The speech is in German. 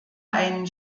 einen